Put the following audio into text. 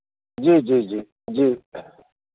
जी जी जी जी